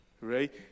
right